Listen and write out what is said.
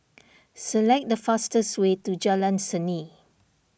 select the fastest way to Jalan Seni